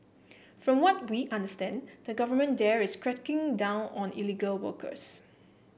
from what we understand the government there is cracking down on illegal workers